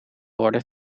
order